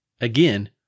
Again